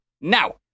now